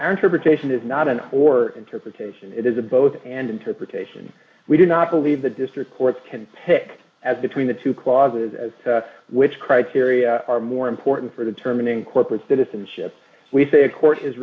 interpretation is not an or interpretation it is a both and interpretation we do not believe the district courts can pick as between the two clauses as to which criteria are more important for the terminating corporate citizenship we say a court is